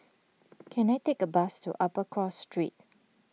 can I take a bus to Upper Cross Street